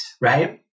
right